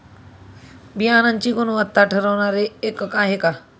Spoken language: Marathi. बियाणांची गुणवत्ता ठरवणारे एकक आहे का?